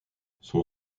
son